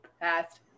passed